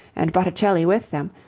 and botticelli with them,